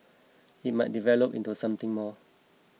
it might develop into something more